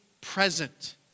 present